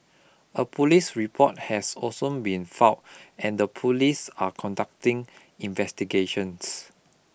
a police report has also been filed and the police are conducting investigations